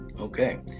Okay